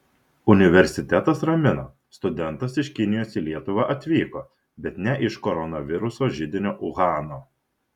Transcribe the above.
universitetas ramina studentas iš kinijos į lietuvą atvyko bet ne iš koronaviruso židinio uhano